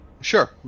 Sure